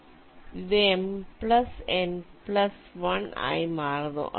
ഇത് M N 1 ആയി മാറുന്നു